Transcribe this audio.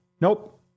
Nope